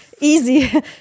Easy